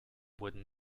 wooden